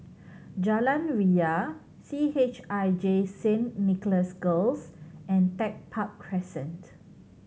Jalan Ria C H I J Saint Nicholas Girls and Tech Park Crescent